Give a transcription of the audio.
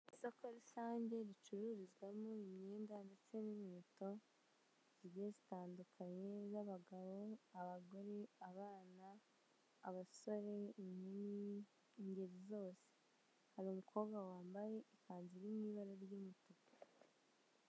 Isoko rusange ricururizwamo imyenda ndetse n'inkweto zigiye zitandukanye iy'abagabo, abagore, abana, abasore, inkumi ingeri zose, hari umukobwa wambaye ikanzu irimo ibara ry'umutuku.